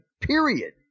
Period